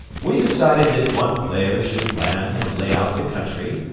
we decided that one player should plan and lay out the country,